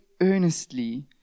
earnestly